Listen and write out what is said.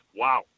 Wow